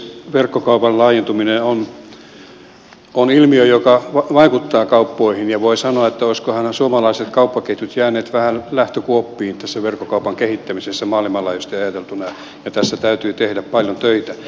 verkkokaupan laajentuminen on ilmiö joka vaikuttaa kauppoihin ja voi sanoa että olisivatkohan suomalaiset kauppaketjut jääneet vähän lähtökuoppiin tässä verkkokaupan kehittämisessä maailmanlaajuisesti ajateltuna ja tässä täytyy tehdä paljon töitä